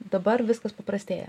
dabar viskas paprastėja